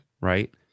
right